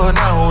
now